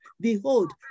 Behold